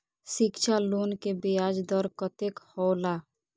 शिक्षा लोन के ब्याज दर कतेक हौला?